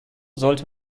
sollte